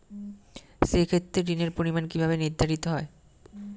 সে ক্ষেত্রে ঋণের পরিমাণ কিভাবে নির্ধারিত হবে?